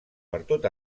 pertot